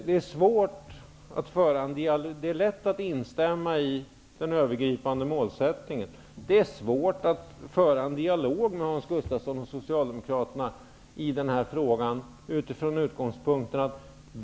Det är lätt att instämma beträffande den övergripande målsättningen. Men det är svårt att föra en dialog med Hans Gustafsson och Socialdemokraterna i frågan utifrån den här utgångspunkten.